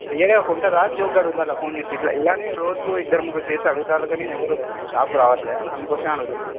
రియల్గా కొంటారా జోక్గా అడుగుతారా ఫోన్ చేసి ఇలానే రోజుకో ఇద్దరు ముగ్గురు చేశారు దానికని ఎవ్వరు షాప్కి రావట్లే అందుకోసమే అడుగుతున్న